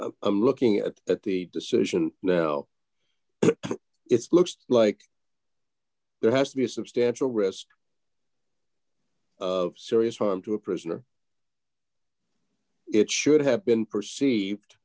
understand i'm looking at that the decision now it's looks like there has to be a substantial risk of serious harm to a prisoner it should have been perceived